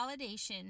validation